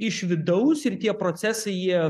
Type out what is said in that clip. iš vidaus ir tie procesai jie